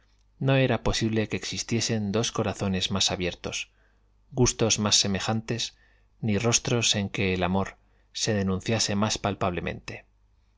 no era posible que existiesen dos corazones más abiertos gustos más semejantes ni rostiros en que el amor se denunciase más palpablemente